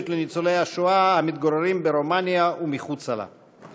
לניצולי השואה המתגוררים ברומניה ומחוצה לה.